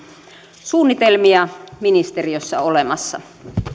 suunnitelmia ministeriössä olemassa